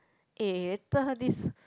eh later this